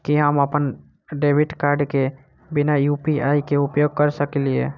की हम अप्पन debit card केँ बिना यु.पी.आई केँ उपयोग करऽ सकलिये?